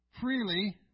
freely